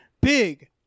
Big